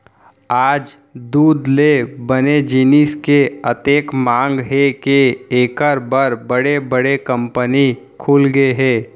आज दूद ले बने जिनिस के अतेक मांग हे के एकर बर बड़े बड़े कंपनी खुलगे हे